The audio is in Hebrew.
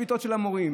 שביתות של המורים.